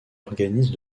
organise